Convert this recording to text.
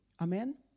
Amen